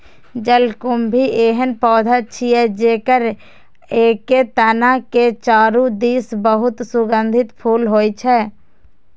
जलकुंभी एहन पौधा छियै, जेकर एके तना के चारू दिस बहुत सुगंधित फूल होइ छै